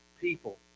people